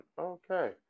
Okay